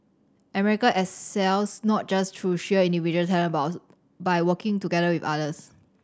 America excels not just through sheer individual talent about by working together with others